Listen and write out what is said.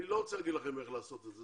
אני לא רוצה לומר לכם איך לעשות את זה.